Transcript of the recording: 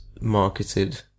marketed